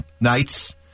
nights